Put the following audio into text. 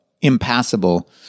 impassable